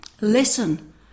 listen